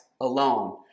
alone